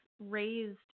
raised